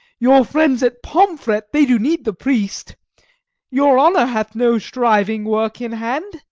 your friends at pomfret, they do need the priest your honour hath no shriving work in hand.